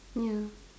ya